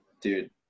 Dude